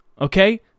Okay